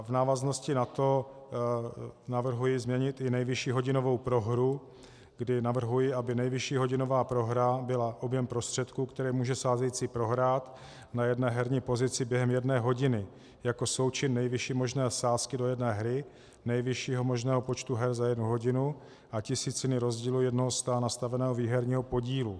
V návaznosti na to navrhuji změnit i nejvyšší hodinovou prohru, kdy navrhuji, aby nejvyšší hodinová prohra byla objem prostředků, které může sázející prohrát na jedné herní pozici během jedné hodiny jako součin nejvyšší možné sázky do jedné hry, nejvyššího možného počtu her za jednu hodinu a tisíciny rozdílu jednoho sta nastaveného výherního podílu.